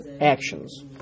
actions